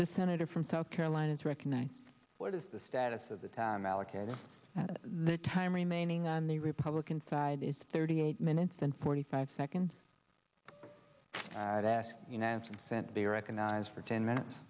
the senator from south carolina to recognize what is the status of the time allocated to the time remaining on the republican side is thirty eight minutes and forty five seconds to ask you know consent be recognized for ten minutes